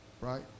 Right